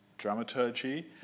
Dramaturgy